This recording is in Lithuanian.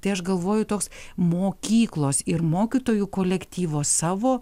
tai aš galvoju toks mokyklos ir mokytojų kolektyvo savo